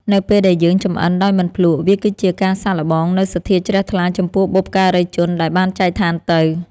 នៅពេលដែលយើងចម្អិនដោយមិនភ្លក្សវាគឺជាការសាកល្បងនូវសទ្ធាជ្រះថ្លាចំពោះបុព្វការីជនដែលបានចែកឋានទៅ។